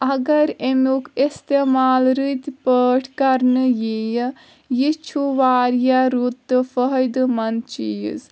اگر اِمیُک اِستعمال رٕتۍ پٲٹھۍ کرنہٕ یِیہِ یہِ چھُ واریاہ رُت تہٕ فٲیدٕ منٛد چیٖز